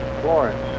Florence